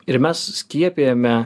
ir mes skiepijame